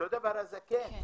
אותו דבר הזקן,